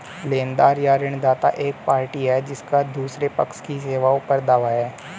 लेनदार या ऋणदाता एक पार्टी है जिसका दूसरे पक्ष की सेवाओं पर दावा है